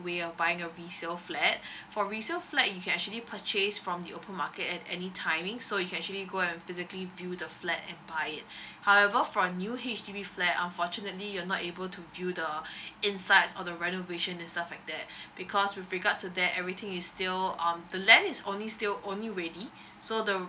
way of buying a resale flat for resale flat you can actually purchase from the open market at any timing so you can actually go and physically view the flat and buy it however for new H_D_B flat unfortunately you're not able to view the insides of the renovation and stuff like that because with regards to that everything is still um the land is only still only ready so the